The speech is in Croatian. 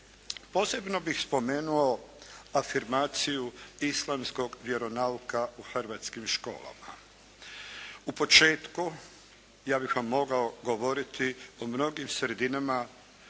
Posebno bih spomenuo afirmaciju islamskog vjeronauka u hrvatskim školama. U početku ja bih vam mogao govoriti o mnogim sredinama